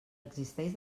existeix